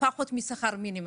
פחות משכר המינימום.